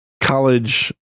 college